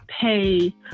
pay